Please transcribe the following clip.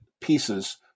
pieces